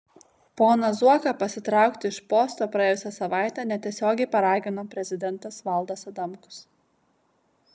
poną zuoką pasitraukti iš posto praėjusią savaitę netiesiogiai paragino prezidentas valdas adamkus